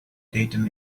dayton